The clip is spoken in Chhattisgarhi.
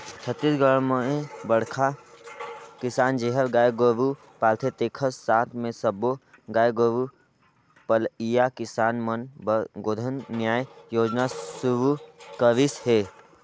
छत्तीसगढ़ में बड़खा किसान जेहर गाय गोरू पालथे तेखर साथ मे सब्बो गाय गोरू पलइया किसान मन बर गोधन न्याय योजना सुरू करिस हे